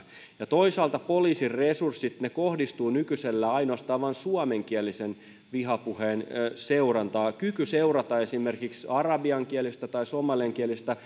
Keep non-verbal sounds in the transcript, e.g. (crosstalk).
ja toisaalta poliisin resurssit kohdistuvat nykyisellään ainoastaan vain suomenkielisen vihapuheen seurantaan kyky seurata esimerkiksi arabiankielistä tai somalinkielistä (unintelligible)